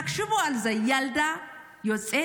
תחשבו על זה, ילדה יוצאת